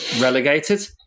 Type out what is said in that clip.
relegated